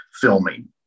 filming